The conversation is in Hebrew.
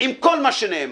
עם כל מה שנאמר,